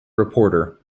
reporter